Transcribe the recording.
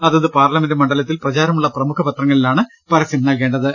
അതത് പാർലമെന്റ് മണ്ഡലത്തിൽ പ്രചാരമുള്ള പ്രമുഖ പത്രങ്ങളിലാണ് പരസ്യം നൽകേണ്ടത്